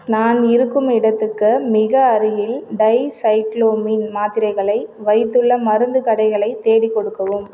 நான் இருக்கும் இடத்துக்கு மிக அருகில் டைசைக்ளோமீன் மாத்திரைகளை வைத்துள்ள மருந்துக்கடைகளை தேடிக் கொடுக்கவும்